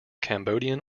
cambodian